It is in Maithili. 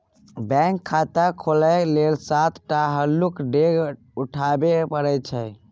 बैंक खाता खोलय लेल सात टा हल्लुक डेग उठाबे परय छै